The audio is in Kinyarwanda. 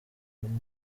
ubwo